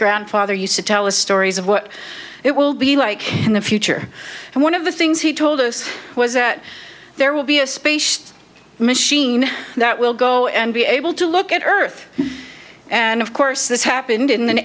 grandfather used to tell us stories of what it will be like in the future and one of the things he told us was that there will be a space machine that will go and be able to look at earth and of course this happened in the